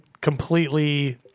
Completely